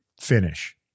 finish